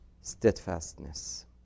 steadfastness